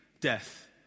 Death